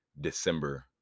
December